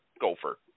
Gopher